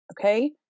Okay